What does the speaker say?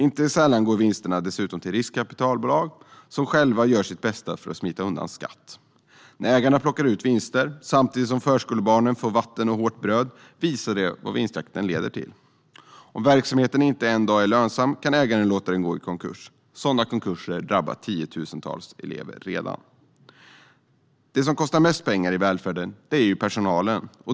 Inte sällan går vinsterna dessutom till riskkapitalbolag som själva gör sitt bästa för att smita undan skatt. När ägarna plockar ut vinster samtidigt som förskolebarnen får vatten och hårt bröd visar det vad vinstjakten leder till. Om verksamheten en dag inte är lönsam kan ägaren låta den gå i konkurs. Sådana konkurser drabbar redan tiotusentals elever. Det som kostar mest pengar i välfärden är personalen.